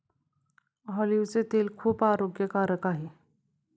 ऑलिव्हचे तेल खूप आरोग्यकारक आहे